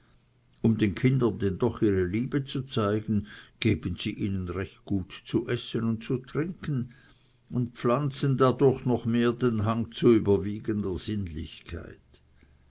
um den kindern denn doch ihre liebe zu zeigen geben sie ihnen recht gut zu essen und zu trinken und pflanzen dadurch noch mehr den hang zu überwiegender sinnlichkeit